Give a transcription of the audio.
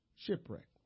Shipwreck